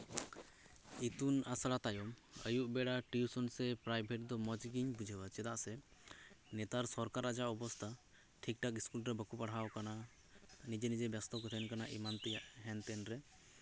ᱤᱛᱩᱱ ᱟᱥᱲᱟ ᱛᱟᱭᱚᱢ ᱟᱹᱭᱩᱵ ᱵᱮᱲᱟ ᱴᱤᱭᱩᱥᱚᱱ ᱥᱮ ᱯᱨᱟᱭᱵᱷᱮᱴ ᱫᱚ ᱢᱚᱸᱡ ᱜᱤᱧ ᱵᱩᱡᱷᱟᱹᱣᱟ ᱪᱮᱫᱟᱜ ᱥᱮ ᱱᱮᱛᱟᱨ ᱥᱚᱨᱠᱟᱨᱟᱜ ᱡᱟ ᱚᱵᱚᱥᱛᱷᱟ ᱴᱷᱤᱠ ᱴᱷᱟᱠ ᱤᱥᱠᱩᱞ ᱨᱮ ᱵᱟᱠᱚ ᱯᱟᱲᱦᱟᱣ ᱠᱟᱱᱟ ᱱᱤᱡᱮ ᱱᱤᱡᱮ ᱵᱮᱥᱛᱚ ᱛᱟᱸᱦᱮᱱ ᱠᱟᱱᱟ ᱮᱢᱟᱱ ᱛᱮᱭᱟᱜ ᱩᱮᱱᱛᱮᱱ ᱨᱮ